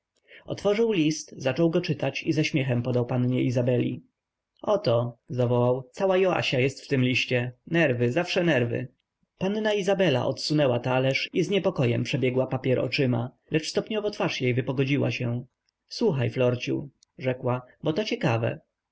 otworzył list zaczął go czytać i ze śmiechem podał pannie izabeli oto zawołał cała joasia jest w tym liście nerwy zawsze nerwy panna izabela odsunęła talerz i z niepokojem przebiegła papier oczyma lecz stopniowo twarz jej wypogodziła się słuchaj florciu rzekła bo to ciekawe